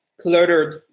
cluttered